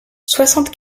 soixante